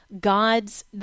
God's